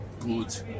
Good